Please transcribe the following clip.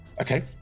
Okay